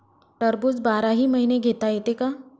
टरबूज बाराही महिने घेता येते का?